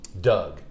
doug